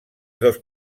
dos